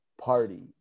party